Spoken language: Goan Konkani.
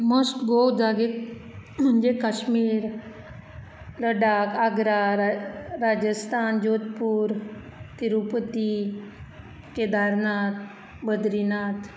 मस्ट गो जागे म्हणजे काश्मिर लडाख आग्रा राजस्थान जोधपूर तिरुपती केदारनाथ बद्रीनाथ